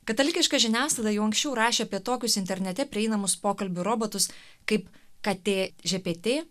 katalikiška žiniasklaida jau anksčiau rašė apie tokius internete prieinamus pokalbių robotus kaip katė žepetė